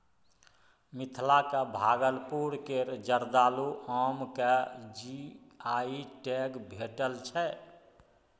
मिथिलाक भागलपुर केर जर्दालु आम केँ जी.आई टैग भेटल छै